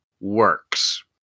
works